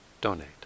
donate